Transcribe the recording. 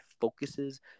focuses